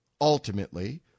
ultimately